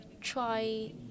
try